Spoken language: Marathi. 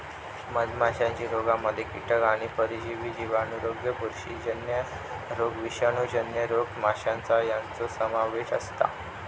मधमाशीच्या रोगांमध्ये कीटक आणि परजीवी जिवाणू रोग बुरशीजन्य रोग विषाणूजन्य रोग आमांश यांचो समावेश असता